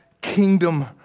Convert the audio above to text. kingdom